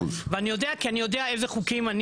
100%. ואני יודע כי אני יודע איזה חוקים אני